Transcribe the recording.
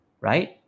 right